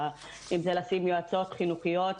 אם זה לשים יועצות חינוכיות,